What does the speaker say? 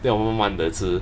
then 我慢慢的吃